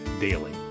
Daily